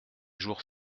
jours